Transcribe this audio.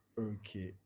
Okay